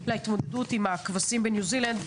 אין שום קשר להתמודדות עם הכבשים בניו זילנד.